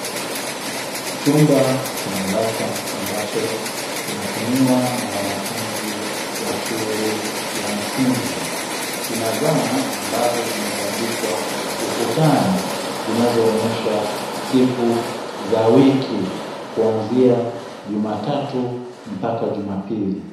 Chumba cha darasa ambacho kinatumiwa na wa nafunzi wa shule ya msingi, kina zana ambazo zimebandikwa ukutani zinazoonyesha siku za wiki kwanzia jumatatu mpaka jumapili.